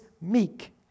meek